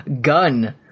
Gun